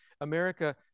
america